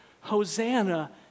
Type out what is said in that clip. Hosanna